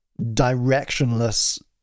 directionless